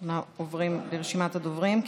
אנחנו עוברים לרשימת הדוברים.